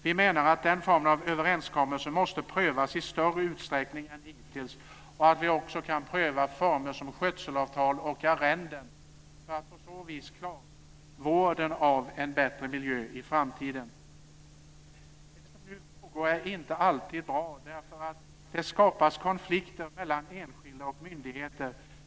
Vi menar att den formen av överenskommelser måste prövas i större utsträckning än hittills och att vi också kan pröva former som skötselavtal och arrenden för att på så vis klara vården av en bättre miljö i framtiden. Det som nu pågår är inte alltid bra, därför att det skapas konflikter mellan enskilda och myndigheter.